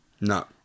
No